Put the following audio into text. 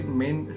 main